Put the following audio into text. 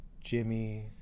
Jimmy